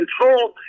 control